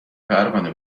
پروانه